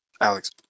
Alex